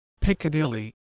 Piccadilly